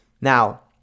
Now